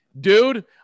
dude